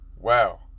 Wow